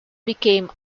became